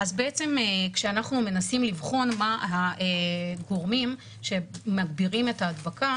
כשאנחנו מנסים לבחון מה הגורמים שמגבירים את ההדבקה